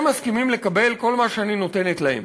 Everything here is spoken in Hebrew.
הם מסכימים לקבל כל מה שאני נותנת להם.